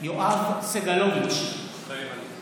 יואב סגלוביץ' מתחייב אני